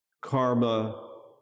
karma